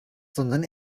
sondern